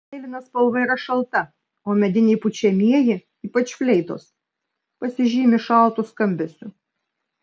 mėlyna spalva yra šalta o mediniai pučiamieji ypač fleitos pasižymi šaltu skambesiu